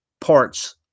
parts